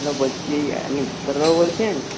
hello বলছি আপনি ডাক্তারবাবু বলছেন